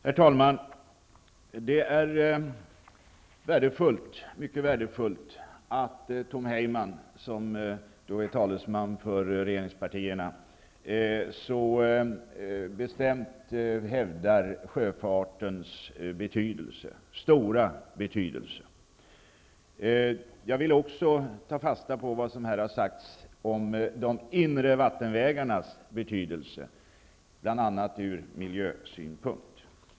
Herr talman! Det är mycket värdefullt att Tom Heyman, som är talesman för regeringspartierna, så bestämt hävdar sjöfartens stora betydelse. Jag vill också ta fasta på vad som här har sagts om de inre vattenvägarnas betydelse från bl.a. miljösynpunkt.